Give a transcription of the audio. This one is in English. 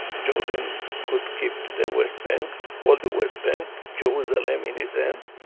jordan could keep the west bank, all the west bank, jerusalem in his and